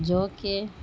جو کہ